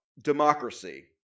democracy